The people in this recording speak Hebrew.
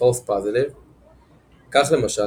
false positive- כך למשל,